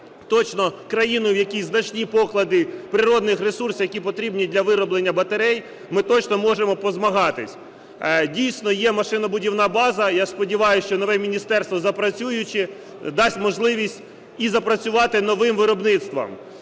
точно країною, в якій значні поклади природних ресурсів, які потрібні для вироблення батарей, ми точно можемо позмагатись. Дійсно, є машинобудівна база. Я сподіваюся, що нове міністерство працюючи дасть можливість і запрацювати новим виробництвам.